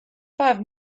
five